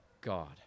God